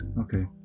Okay